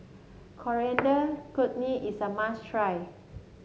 Coriander Chutney is a must try